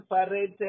separated